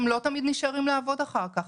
לא תמיד הם נשארים לעבוד אחר כך.